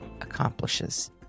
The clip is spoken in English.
accomplishes